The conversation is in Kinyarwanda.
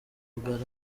bugarama